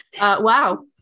Wow